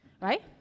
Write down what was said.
right